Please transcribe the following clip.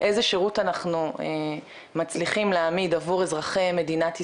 איזה שירות אנחנו מצליחים להעמיד עבור אזרחי מדינת ישראל,